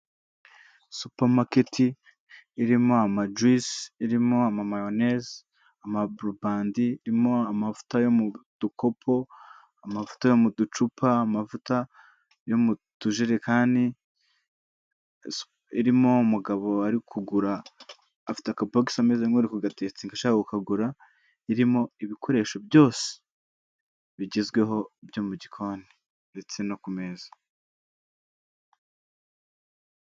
supamaketi irimo ama juyisi, irimo amamayonezi, amaburubandi, irimo amavuta yo mudukopo, amavuta yo muducupa, amavuta yo mutujerekani, irimo umugabo ari kugura afite akabogisi ameze nkuri kugatesitinga ashaka ku kagura, irimo ibikoresho byose bigezweho byo mu gikoni ndetse no ku meza.